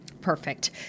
Perfect